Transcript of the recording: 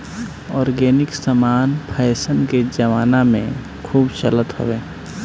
organic समान fashion के जमाना में खूब चलत हवे